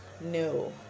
No